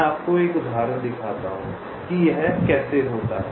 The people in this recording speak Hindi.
मैं आपको एक उदाहरण दिखाता हूँ कि यह कैसे होता है